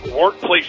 workplace